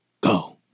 go